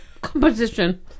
composition